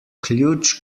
ključ